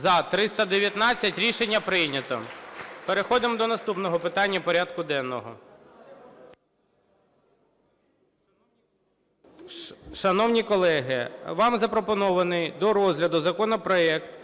За-319 Рішення прийнято. Переходимо до наступного питання порядку денного. Шановні колеги, вам запропонований до розгляду законопроект